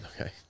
Okay